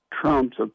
Trump's